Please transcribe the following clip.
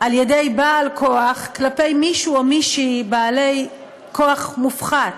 על ידי בעל כוח כלפי מישהו או מישהי בעלי כוח מופחת,